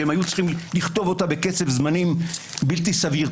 שהם היו צריכים לכתוב אותה בקצב זמנים בלתי סביר.